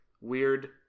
weird